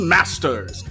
Masters